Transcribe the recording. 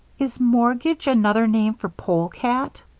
is mortgage another name for polecat?